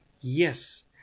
Yes